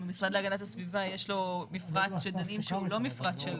אם המשרד להגנת הסביבה יש לו מפרט שדנים שהוא רלוונטי אליו,